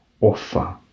offer